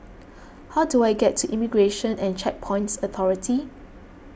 how do I get to Immigration and Checkpoints Authority